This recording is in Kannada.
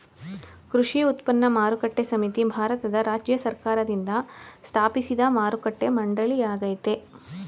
ಕೃಷಿ ಉತ್ಪನ್ನ ಮಾರುಕಟ್ಟೆ ಸಮಿತಿ ಭಾರತದ ರಾಜ್ಯ ಸರ್ಕಾರ್ದಿಂದ ಸ್ಥಾಪಿಸಿದ್ ಮಾರುಕಟ್ಟೆ ಮಂಡಳಿಯಾಗಯ್ತೆ